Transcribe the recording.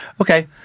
Okay